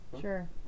Sure